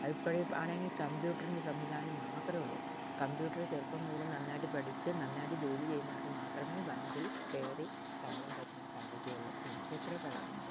അത് ഇപ്പഴ് ആണെങ്കിൽ കമ്പ്യൂട്ടറിൻ്റെ സംവിധാനം മാത്രമേയുള്ളു കമ്പ്യൂട്ടറ് ചെറുപ്പം മുതല് നന്നായിട്ട് പഠിച്ച് നന്നായിട്ട് ജോലി ചെയ്യുന്നവർക്ക് മാത്രമേ ബാങ്കിൽ കയറി ശമ്പളം പറ്റാൻ സാധിക്കുള്ളൂ എനിക്ക് അത്രെയേ പറയാനുള്ളൂ